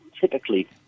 typically